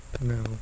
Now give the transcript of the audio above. No